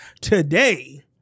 today